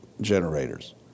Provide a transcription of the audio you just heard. generators